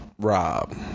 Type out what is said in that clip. Rob